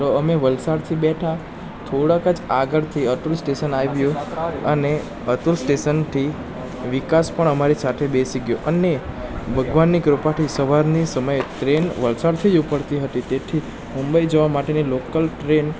તો અમે વલસાડથી બેઠાં થોડાંક જ આગળથી અતુલ સ્ટેશન આવ્યું અને અતુલ સ્ટેશનથી વિકાસ પણ અમારી સાથે બેસી ગ્યો અને ભગવાનની કૃપાથી સવારની સમયે ટ્રેન વલસાડથી જ ઉપડતી હતી તેથી મુંબઈ જવા માટેની લોકલ ટ્રેન